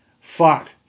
fuck